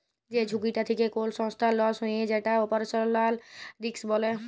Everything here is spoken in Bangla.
যে ঝুঁকিটা থেক্যে কোল সংস্থার লস হ্যয়ে যেটা অপারেশনাল রিস্ক বলে